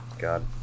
god